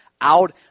out